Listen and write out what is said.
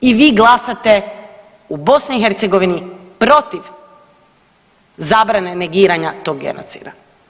I vi glasate u BiH protiv zabrane negiranja tog genocida?